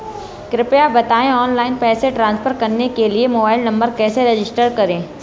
कृपया बताएं ऑनलाइन पैसे ट्रांसफर करने के लिए मोबाइल नंबर कैसे रजिस्टर करें?